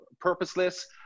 purposeless